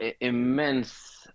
immense